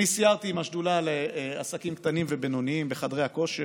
אני סיירתי עם השדולה לעסקים קטנים ובינוניים בחדרי הכושר.